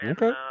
Okay